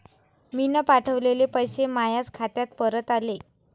मीन पावठवलेले पैसे मायाच खात्यात परत आले